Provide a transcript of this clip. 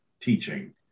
teaching